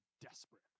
desperate